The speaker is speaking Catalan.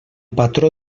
patró